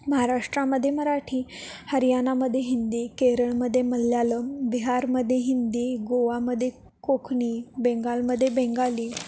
महाराष्ट्रामध्ये मराठी हरियानामध्ये हिंदी केरळमध्ये मल्याळम बिहारमध्ये हिंदी गोवामध्ये कोकणी बंगालमध्ये बंगाली